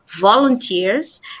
volunteers